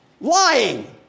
lying